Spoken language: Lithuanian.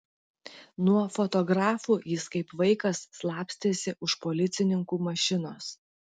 nuo fotografų jis kaip vaikas slapstėsi už policininkų mašinos